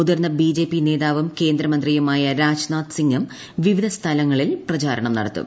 മുതിർന്ന ബിജെപി നേതാവും കേന്ദ്രമന്ത്രിയുമായ രാജ്നാഥ് സിങ്ങും വിവിധ സ്ഥലങ്ങളിൽ പ്രചാരണം നടത്തും